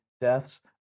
deaths